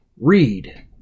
read